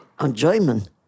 enjoyment